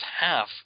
half